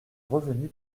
revenu